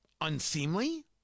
unseemly